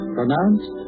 Pronounced